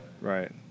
right